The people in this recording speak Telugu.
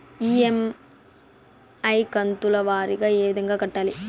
ఇ.ఎమ్.ఐ కంతుల వారీగా ఏ విధంగా కట్టాలి